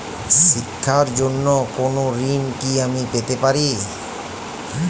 শিক্ষার জন্য কোনো ঋণ কি আমি পেতে পারি?